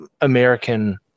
American